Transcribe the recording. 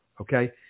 Okay